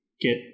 get